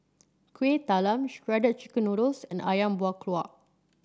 Kuih Talam Shredded Chicken Noodles and ayam Buah Keluak